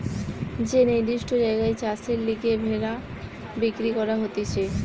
যে নির্দিষ্ট জায়গায় চাষের লিগে ভেড়া বিক্রি করা হতিছে